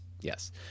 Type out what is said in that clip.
yes